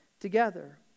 together